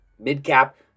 Mid-cap